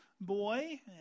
boy